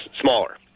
smaller